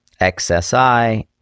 XSI